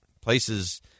places